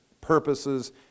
purposes